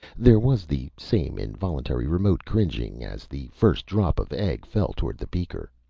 there was the same involuntary remote cringing as the first drop of egg fell towards the beaker,